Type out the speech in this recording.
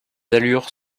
allures